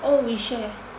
oh we share